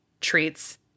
treats